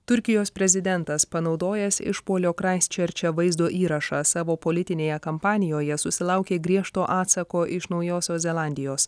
turkijos prezidentas panaudojęs išpuolio kraistčerče vaizdo įrašą savo politinėje kampanijoje susilaukė griežto atsako iš naujosios zelandijos